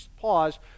pause